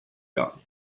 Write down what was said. young